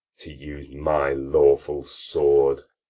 to use my lawful sword!